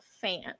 fan